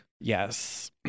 Yes